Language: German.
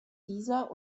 dieser